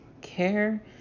care